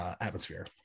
atmosphere